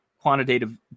quantitative